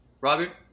robert